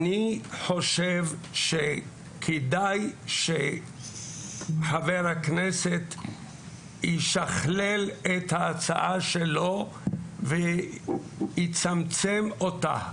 אני חושב שכדאי שחבר הכנסת ישכלל את ההצעה שלו ויצמצם אותה.